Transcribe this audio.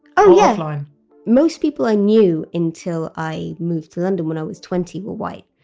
oh yeah or offline most people i knew until i moved to london when i was twenty were white.